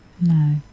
No